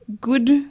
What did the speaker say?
good